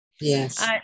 yes